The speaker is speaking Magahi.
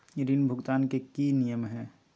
ऋण भुगतान के की की नियम है?